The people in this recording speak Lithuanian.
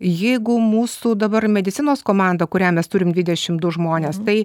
jeigu mūsų dabar medicinos komanda kurią mes turim dvidešim du žmones tai